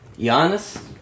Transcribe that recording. Giannis